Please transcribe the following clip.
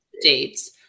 dates